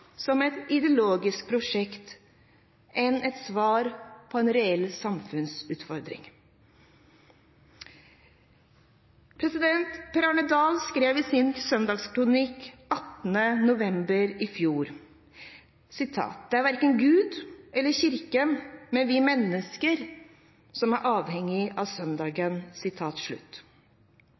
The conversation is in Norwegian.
som et ideologisk prosjekt enn som et svar på en reell samfunnsutfordring. Per Arne Dahl skrev i sin søndagskronikk 18. november i fjor: «Det er verken Gud eller Kirken som trenger søndagen, men vi mennesker som er avhengige av